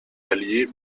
alliés